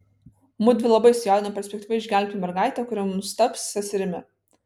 mudvi labai sujaudino perspektyva išgelbėti mergaitę kuri mums taps seserimi